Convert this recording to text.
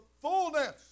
fullness